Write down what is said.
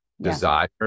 desire